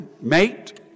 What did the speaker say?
mate